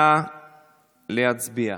נא להצביע.